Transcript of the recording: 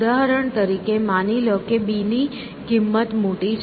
ઉદાહરણ તરીકે માની લો કે b ની કિંમત મોટી છે